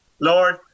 Lord